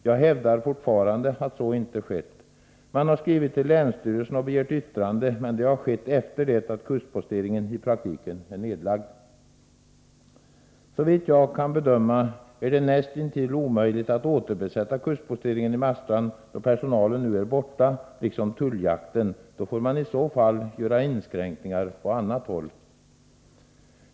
Jag hävdar fortfarande att så inte är fallet. Man har skrivit till länsstyrelsen och begärt yttrande, men det har skett efter det att kustposteringen i praktiken är nedlagd. Såvitt jag kan bedöma är det näst intill omöjligt att återbesätta kustposteringen i Marstrand, då personalen nu liksom tulljakten är borta. Man får i så fall göra inskränkningar på annat håll.